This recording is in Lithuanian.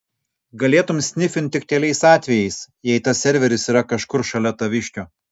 galėtum snifint tik keliais atvejais jei tas serveris yra kažkur šalia taviškio